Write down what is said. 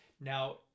Now